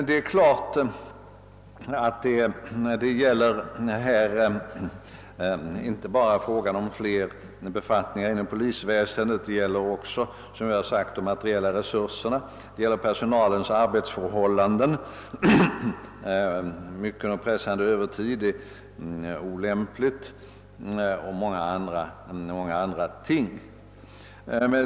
Det är klart att det här inte bara är fråga om fler befattningar inom polisväsendet, utan det gäller också som jag tidigare sagt de materiella resurserna, det gäller personalens arbetsförhållanden — mycket och pressande övertid är olämpligt — och många andra ting.